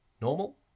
normal